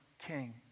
king